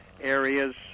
areas